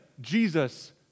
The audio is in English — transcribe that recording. Jesus